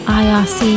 irc